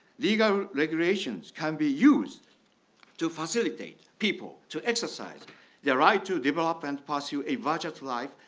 legal regulations can be used to facilitate people to exercise their right to develop and pass you a verge of life,